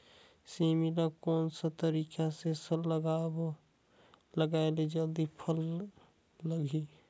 सेमी ला कोन सा तरीका से लगाय ले जल्दी फल लगही?